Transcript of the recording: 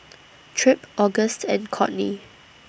Tripp Auguste and Codey